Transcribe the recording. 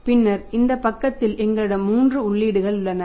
பின்னர் இந்த பக்கத்தில் எங்களிடம் மூன்று உள்ளீடுகள் உள்ளன